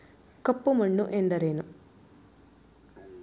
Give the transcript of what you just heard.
ಕಪ್ಪು ಮಣ್ಣು ಎಂದರೇನು?